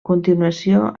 continuació